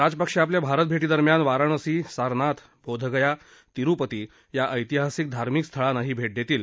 राजपक्षे आपल्या भारत भेटीदरम्यान वाराणसी सारनाथ बोधगया तिरुपती या ऐतिहासिक धार्मिक स्थळांनाही भेट देणार आहेत